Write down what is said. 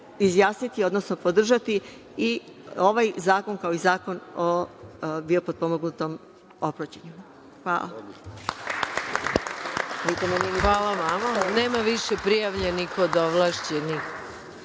izjasniti, odnosno podržati i ovaj zakon, kao i Zakon o biopotpomogunutom oplođenju. Hvala.